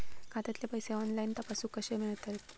खात्यातले पैसे ऑनलाइन तपासुक कशे मेलतत?